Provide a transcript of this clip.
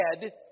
dead